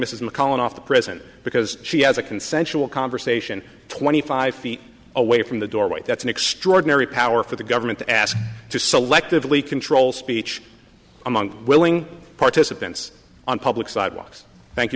mrs mcallen off the president because she has a consensual conversation twenty five feet away from the doorway that's an extraordinary power for the government to ask to selectively control speech among willing participants on public sidewalks thank you